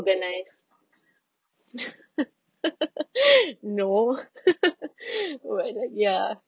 organized no !wah! like ya